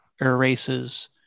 erases